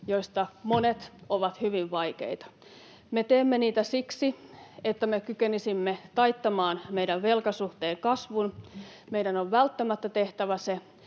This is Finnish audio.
joista monet ovat hyvin vaikeita. Me teemme niitä siksi, että me kykenisimme taittamaan meidän velkasuhteen kasvun. Meidän on välttämättä tehtävä se,